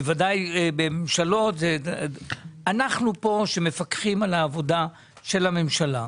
אנחנו פה מפקחים על העבודה של הממשלה.